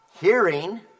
hearing